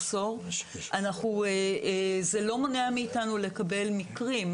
זה לא מונע מאתנו לקבל מקרים.